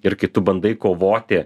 ir kai tu bandai kovoti